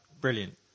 brilliant